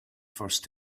first